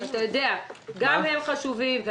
גם הם חשובים.